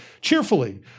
Cheerfully